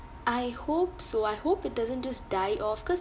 I hope so I hope it doesn't just die off cause